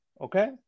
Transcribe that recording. okay